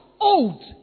old